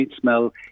smell